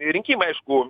rinkimai aišku